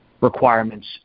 requirements